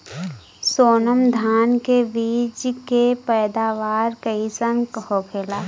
सोनम धान के बिज के पैदावार कइसन होखेला?